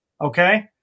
Okay